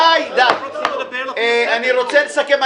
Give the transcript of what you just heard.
די, אני רוצה לסכם.